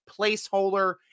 placeholder